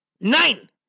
Nine